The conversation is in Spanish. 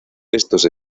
estos